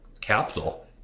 capital